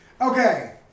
Okay